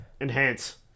enhance